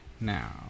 Now